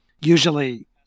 usually